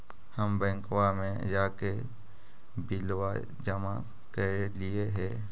हम बैंकवा मे जाके बिलवा जमा कैलिऐ हे?